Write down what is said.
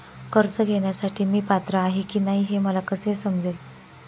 कर्ज घेण्यासाठी मी पात्र आहे की नाही हे मला कसे समजेल?